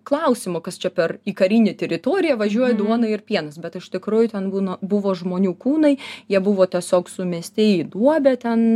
klausimo kas čia per į karinį teritoriją važiuoja duona ir pienas bet iš tikrųjų ten būna buvo žmonių kūnai jie buvo tiesiog sumesti į duobę ten